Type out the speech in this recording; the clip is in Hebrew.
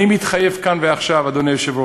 אני מתחייב כאן ועכשיו, אדוני היושב-ראש: